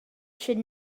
should